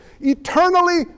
eternally